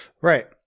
Right